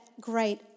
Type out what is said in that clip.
great